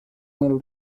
mil